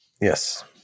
Yes